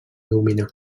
dominar